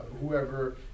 whoever